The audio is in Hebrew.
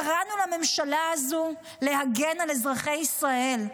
קראנו לממשלה הזו להגן על אזרחי ישראל,